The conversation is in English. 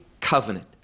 covenant